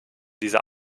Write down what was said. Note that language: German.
dieser